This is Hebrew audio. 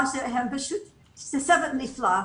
מדובר בצוות נפלא.